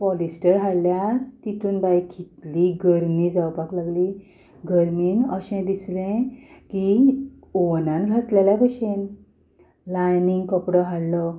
polyester हाडल्यार तेतून बाये कितली गर्मी जावपाक लागली गर्मेन अशें दिसलें की ऑवनान घातलेल्या भाशेन लायनींग कपडो हाडलो